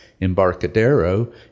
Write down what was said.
Embarcadero